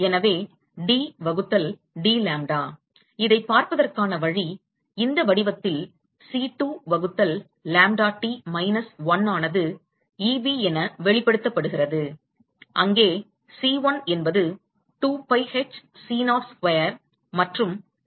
எனவே d வகுத்தல் dlambda இதைப் பார்ப்பதற்கான வழி இந்த வடிவத்தில் C2 வகுத்தல் லாம்ப்டா t மைனஸ் 1 ஆனது Eb என வெளிப்படுத்தப்படுகிறது அங்கே C1 என்பது 2 pi h C naught square மற்றும் C2 என்பது h c0 வகுத்தல் k ஆகும்